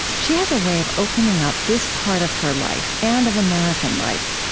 she has a way of opening up this part of her life, and of american life,